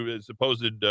supposed